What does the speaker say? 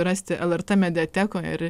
rasti lrt mediatekoj iri